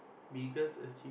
biggest achieve